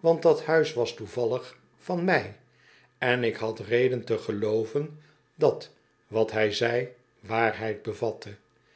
want dat huis was toevallig van mij en ik had reden te gelooven dat wat hij zei waarheid bevatte